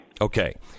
Okay